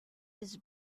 his